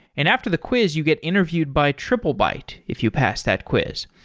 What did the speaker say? and after the quiz you get interviewed by triplebyte if you pass that quiz.